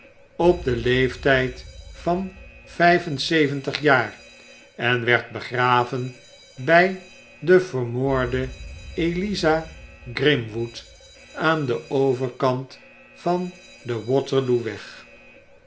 op den leeftijd van vijf en zeventig jaar en werd begraven bij de vermoorde eliza grimwood aan den overkant van den waterloo weg